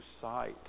sight